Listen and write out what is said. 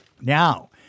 now